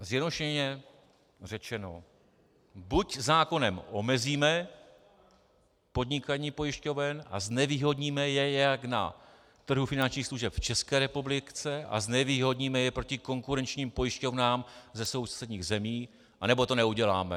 Zjednodušeně řečeno, buď zákonem omezíme podnikání pojišťoven a znevýhodníme je jak na trhu finančních služeb v České republice a znevýhodníme je proti konkurenčním pojišťovnám ze sousedních zemí, anebo to neuděláme.